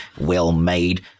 well-made